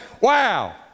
wow